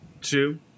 two